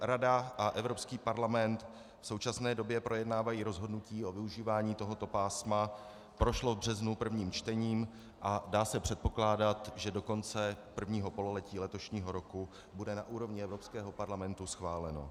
Rada a Evropský parlament v současné době projednávají rozhodnutí o využívání tohoto pásma, prošlo v březnu prvním čtením a dá se předpokládat, že do konce prvního pololetí letošního roku bude na úrovni Evropského parlamentu schváleno.